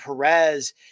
Perez